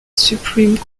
supreme